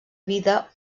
vida